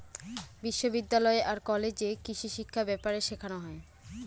বিশ্ববিদ্যালয় আর কলেজে কৃষিশিক্ষা ব্যাপারে শেখানো হয়